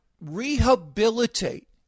rehabilitate